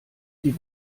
die